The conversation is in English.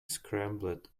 scrambled